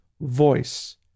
voice